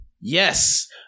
Yes